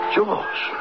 George